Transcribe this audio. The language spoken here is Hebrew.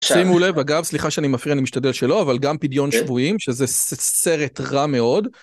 שימו לב אגב סליחה שאני מפריע אני משתדל שלא אבל גם פדיון שבויים שזה סרט רע מאוד.